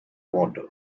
water